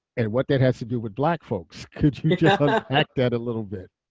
and what that has to do with black folks, could you unpack that a little bit?